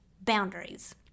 boundaries